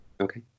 Okay